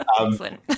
Excellent